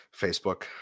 Facebook